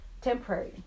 temporary